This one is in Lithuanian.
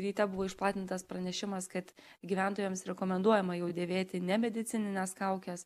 ryte buvo išplatintas pranešimas kad gyventojams rekomenduojama jau dėvėti nemedicinines kaukes